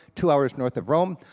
two hours north of rome.